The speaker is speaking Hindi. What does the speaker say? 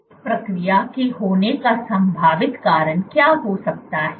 इस प्रक्रिया के होने का संभावित कारण क्या हो सकता है